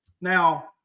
Now –